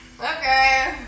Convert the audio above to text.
Okay